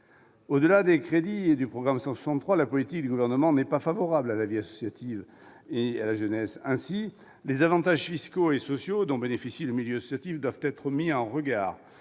Au-delà des crédits du programme 163, la politique du Gouvernement n'est pas favorable à la vie associative et à la jeunesse. Ainsi, les avantages fiscaux et sociaux dont bénéficie le milieu associatif doivent être mis en regard